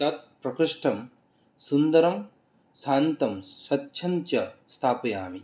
तत् प्रकोष्ठं सुन्दरं शान्तं स्वच्छं च स्थापयामि